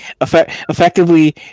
effectively